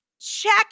check